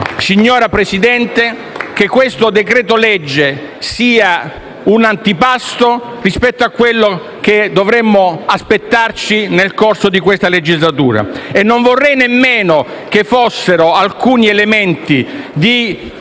signor Presidente, che questo decreto-legge sia un antipasto rispetto a quello che dovremmo aspettarci nel corso della legislatura. Non vorrei nemmeno che fosse parte del progetto di